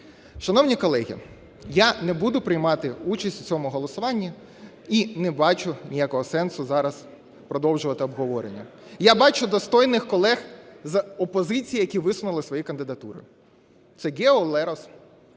Шановні колеги, я не буду приймати участь у цьому голосуванні і не бачу ніякого сенсу зараз продовжувати обговорення. Я бачу достойних колег з опозиції, які висунули свої кандидатури. Це Гео Лерос.